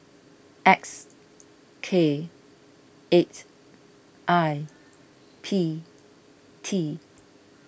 X K eight I P T